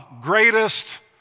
greatest